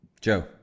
Joe